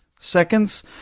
seconds